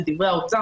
לדברי האוצר,